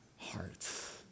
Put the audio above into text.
hearts